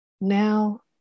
Now